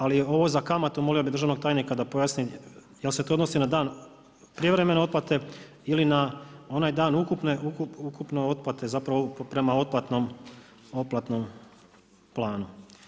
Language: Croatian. Ali ovo za kamatu molio bih državnog tajnika da pojasni jel' se to odnosi na dan prijevremene otplate ili na onaj dan ukupne otplate, zapravo prema otplatnom planu.